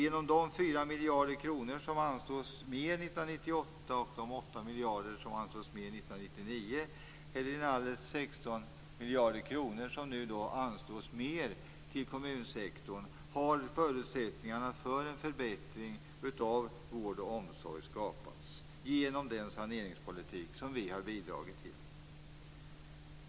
Genom de 4 miljarder kronor som anslås mer för 1998 och de 8 miljarder som anslås mer för 1999 - inalles blir det 16 miljarder kronor mer till kommunsektorn - har förutsättningarna för en förbättring av vård och omsorg skapats genom den saneringspolitik som vi har bidragit till.